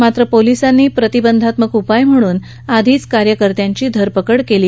मात्र पोलिसांनी प्रतिबंधात्मक उपाय म्हणून आधीच कार्यकर्त्यांची धरपकड केली